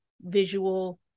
visual